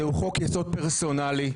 זהו חוק-יסוד פרסונלי,